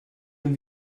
dem